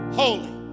holy